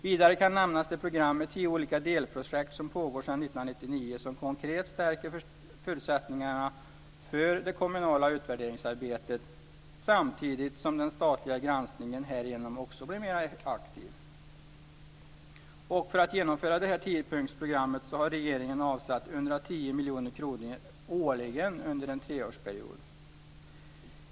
Vidare kan nämnas det program med tio olika delprojekt som pågår sedan 1999 och som konkret stärker förutsättningarna för det kommunala utvärderingsarbetet samtidigt som den statliga granskningen härigenom också bli mer aktiv. För att genomföra tiopunktersprogrammet har regeringen avsatt 110 miljoner kronor årligen under en treårsperiod.